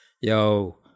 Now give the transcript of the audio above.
yo